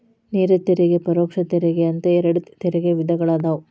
ನೇರ ತೆರಿಗೆ ಪರೋಕ್ಷ ತೆರಿಗೆ ಅಂತ ಎರಡ್ ತೆರಿಗೆ ವಿಧಗಳದಾವ